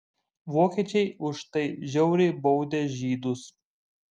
vokiečiai už tai žiauriai baudė žydus